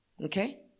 okay